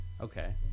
Okay